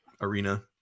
arena